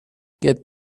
get